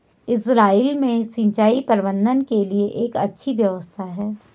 Israel में सिंचाई प्रबंधन के लिए एक अच्छी व्यवस्था है